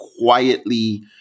quietly